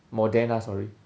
moderna sorry